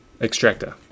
extractor